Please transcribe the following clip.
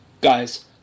Guys